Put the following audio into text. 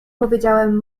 powiedziałem